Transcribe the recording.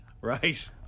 Right